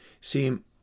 seem